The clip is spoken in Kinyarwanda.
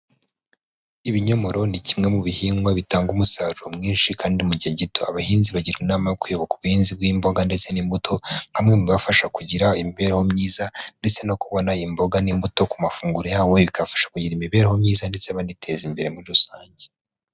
Ibinyomoro ni kimwe mu bihingwa bitanga umusaruro mwinshi kandi mu gihe gito. Abahinzi bagirwa inama yo kuyoboka ubuhinzi bw'imboga ndetse n'imbuto, nka bumwe mu bubafasha kugira imibereho myiza, ndetse no kubona imboga n'imbuto ku mafunguro yabo, ibi bikabafasha kugira imibereho myiza ndetse baniteza imbere muri rusange.